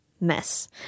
mess